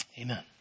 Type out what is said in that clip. Amen